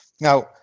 Now